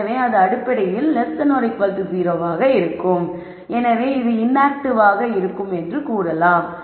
எனவே அது அடிப்படையில் 0 ஆக இருக்கும் எனவே அது இன்ஆக்ட்டிவ் ஆக இருக்கும் என்று கூறலாம்